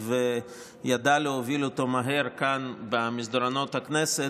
וידע להוביל אותו מהר כאן במסדרונות הכנסת,